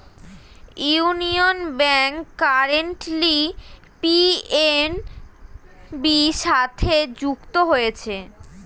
union bank currently PNB সাথে যুক্ত হয়েছে